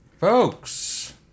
Folks